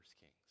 Kings